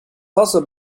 also